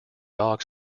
dog